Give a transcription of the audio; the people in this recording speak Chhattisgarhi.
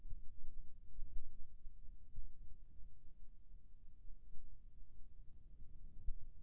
ग्रामीण बैंक के खाता ले फोन पे मा पांच हजार ले बगरा पैसा काबर निकाले निकले?